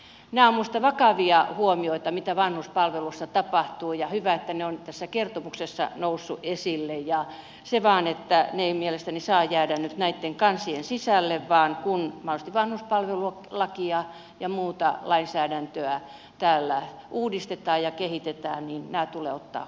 nämä ovat minusta vakavia huomioita mitä vanhuspalveluissa tapahtuu ja hyvä että ne ovat tässä kertomuksessa nousseet esille se vain että ne eivät mielestäni saa jäädä nyt näitten kansien sisälle vaan kun mahdollisesti vanhuspalvelulakia ja muuta lainsäädäntöä täällä uudistetaan ja kehitetään niin nämä tulee ottaa huomioon